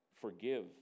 forgive